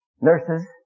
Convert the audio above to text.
Nurses